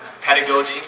pedagogy